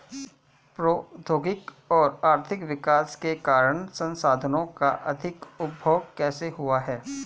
प्रौद्योगिक और आर्थिक विकास के कारण संसाधानों का अधिक उपभोग कैसे हुआ है?